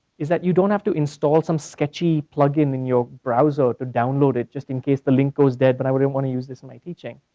is that you don't have to install some sketchy plug-in in your browser to download it just in case the link goes dead, but i wouldn't want to use this in my teaching.